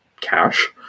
cash